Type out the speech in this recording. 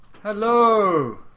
Hello